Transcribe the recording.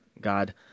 God